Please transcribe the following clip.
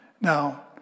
Now